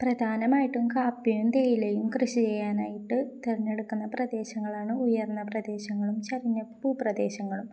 പ്രധാനമായിട്ടും കാപ്പയും തേയിലും കൃഷി ചെയ്യാനായിട്ട് െരഞ്ഞെടുക്കുന്ന പ്രദേശങ്ങളാണ് ഉയർന്ന പ്രദേശങ്ങളും ചരിഞ്ഞപ്പൂ പ്രദേശങ്ങളും